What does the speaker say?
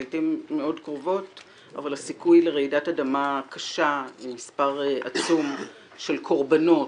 לעתים מאוד קרובות אבל הסיכוי לרעידת אדמה קשה עם מספר עצום של קורבנות,